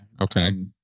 okay